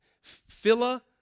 Phila